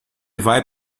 vai